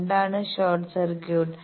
എന്താണ് short circuit